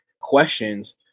questions